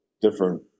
different